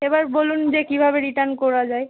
এবার বলুন যে কীভাবে রিটার্ন করা যায়